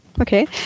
Okay